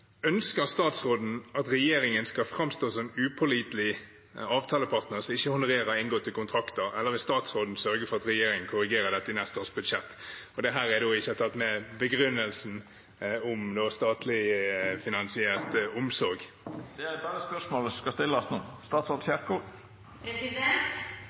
Ønsker statsråden at regjeringen skal fremstå som en upålitelig avtalepartner som ikke honorerer inngåtte kontrakter, eller vil statsråden sørge for at regjeringen korrigerer dette i neste års budsjett?» Det er her jeg ikke har tatt med begrunnelsen om statlig finansiert omsorg Det er berre spørsmålet som skal